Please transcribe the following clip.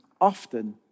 often